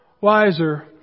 wiser